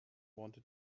wanted